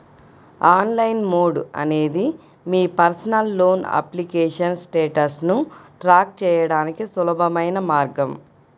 online mode అనేది మీ personal loan application స్టేటస్ను ట్రాక్ చేయడానికి సులభమైన మార్గం